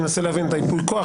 אני מנסה להבין, אתה ייפוי כוח?